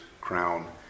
crown